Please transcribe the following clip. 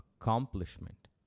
accomplishment